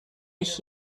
ich